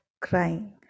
crying